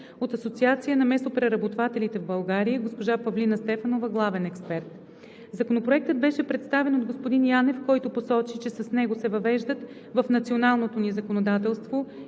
от Асоциация на месопреработвателите в България: госпожа Павлина Стефанова – главен експерт. Законопроектът беше представен от господин Янев, който посочи, че с него се въвеждат в националното ни законодателство